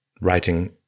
writing